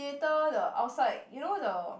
later the outside you know the